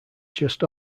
just